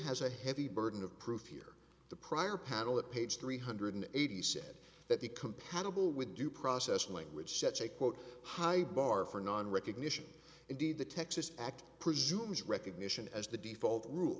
has a heavy burden of proof here the prior panel that page three hundred eighty said that the compatible with due process language sets a quote high bar for non recognition indeed the texas act presumes recognition as the default rule